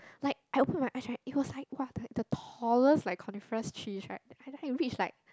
like I open my eyes right it was like !wah! the the tallest like coniferous trees right I then I reach like